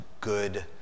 good